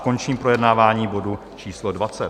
Končím projednávání bodu číslo 20.